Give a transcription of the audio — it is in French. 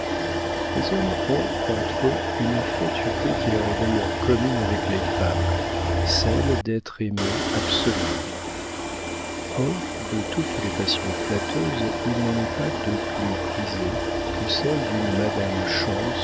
les hommes ont entre eux une fatuité qui leur est d'ailleurs commune avec les femmes celle d'être aimés absolument or de toutes les passions flatteuses il n'en est pas de plus prisée que celle d'une madame